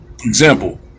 example